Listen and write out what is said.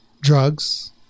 drugs